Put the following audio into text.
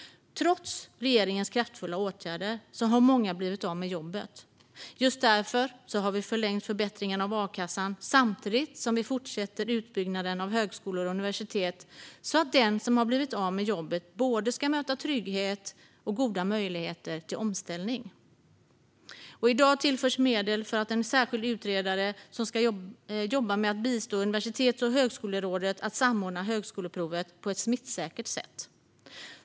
Trots regeringens kraftfulla åtgärder har många blivit av med jobbet. Just därför har vi förlängt förbättringarna av a-kassan samtidigt som vi fortsätter utbyggnaden av högskolor och universitet så att den som har blivit av med jobbet ska möta både trygghet och goda möjligheter till omställning. I dag tillförs medel för en särskild utredare som ska jobba med att bistå Universitets och högskolerådet att samordna högskoleprovet på ett smittsäkert sätt.